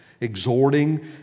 exhorting